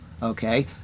okay